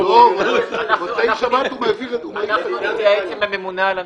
אנחנו נתייעץ עם הממונה על הנוסח,